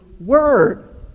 word